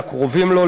לקרובים לו,